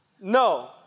No